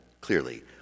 clearly